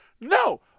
No